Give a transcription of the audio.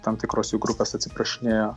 tam tikros jų grupės atsiprašinėjo